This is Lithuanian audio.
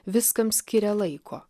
viskam skiria laiko